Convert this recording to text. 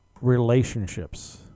relationships